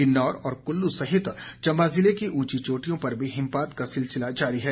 किन्नौर और कुल्लू सहित चंबा जिले की उंची चोटियों पर भी हिमपात का सिलसिला जारी है